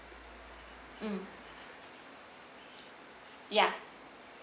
mm ya